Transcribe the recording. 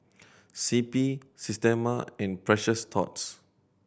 C P Systema and Precious Thots